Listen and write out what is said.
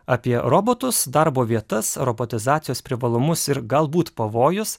apie robotus darbo vietas robotizacijos privalumus ir galbūt pavojus